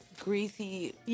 greasy